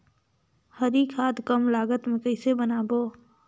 हरी खाद कम लागत मे कइसे बनाबो?